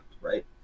right